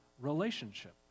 relationship